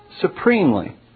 supremely